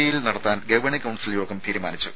ഇയിൽ നടത്താൻ governing council യോഗം തീരുമാനിച്ചു